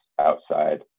outside